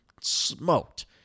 smoked